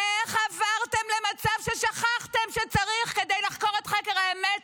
איך עברתם למצב ששכחתם שצריך כדי להגיע לחקר האמת?